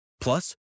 Plus